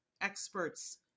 experts